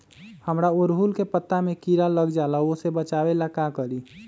हमरा ओरहुल के पत्ता में किरा लग जाला वो से बचाबे ला का करी?